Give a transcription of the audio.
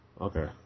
Okay